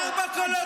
ארבעה קולות.